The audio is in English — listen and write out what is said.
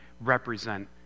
represent